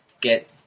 get